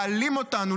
להעלים אותנו,